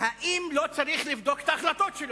האם לא צריך לבדוק את ההחלטות שלו?